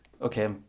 Okay